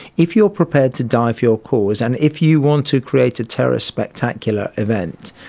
if you are prepared to die for your cause and if you want to create a terrorist spectacular event,